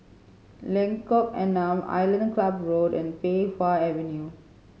Lengkok Enam Island Club Road and Pei Wah Avenue